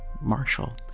Marshall